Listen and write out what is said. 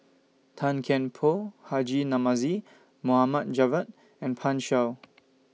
Tan Kian Por Haji Namazie Mohd Javad and Pan Shou